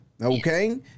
Okay